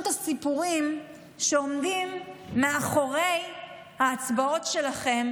את הסיפורים שעומדים מאחורי ההצבעות שלכם,